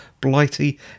blighty